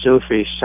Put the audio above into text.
Sufi